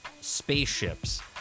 spaceships